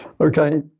Okay